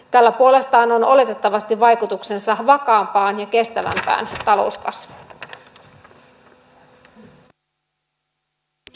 tällä puolestaan on oletettavasti vaikutuksensa vakaampaan ja kestävämpään talouskasvuun